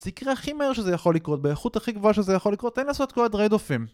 זה יקרה הכי מהר שזה יכול לקרות, באיכות הכי גבוהה שזה יכול לקרות, הם יעשו את כל הדריי דופים